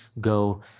go